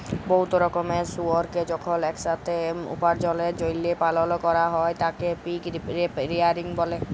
বহুত রকমের শুয়রকে যখল ইকসাথে উপার্জলের জ্যলহে পালল ক্যরা হ্যয় তাকে পিগ রেয়ারিং ব্যলে